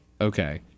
Okay